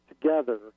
together